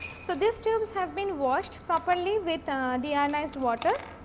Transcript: so, this tubes have been washed properly with um deionized water